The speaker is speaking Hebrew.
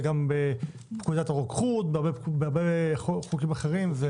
זה גם בפקודת הרוקחות ובהרבה חוקים אחרים.